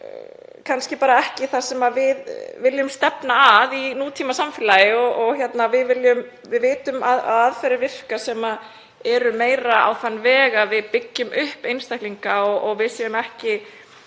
þetta er ekki það sem við viljum stefna að í nútímasamfélagi. Við vitum að aðferðir virka sem eru meira á þann veg að við byggjum upp einstaklinga og að